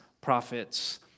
prophets